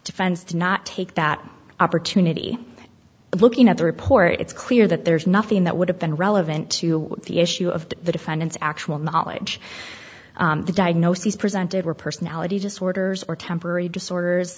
defense did not take that opportunity of looking at the report it's clear that there's nothing that would have been relevant to the issue of the defendant's actual knowledge the diagnoses presented were personality disorders or temporary disorders